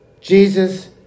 Jesus